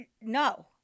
no